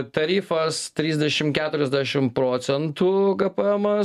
tarifas trisdešim keturiasdešim procentų gpemas